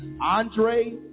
Andre